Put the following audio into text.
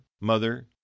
mother